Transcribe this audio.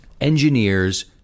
engineers